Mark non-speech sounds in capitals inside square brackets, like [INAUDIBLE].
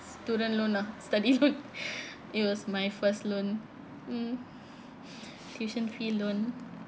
student loan lah study loan [LAUGHS] it was my first loan mm tuition fee loan